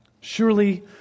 Surely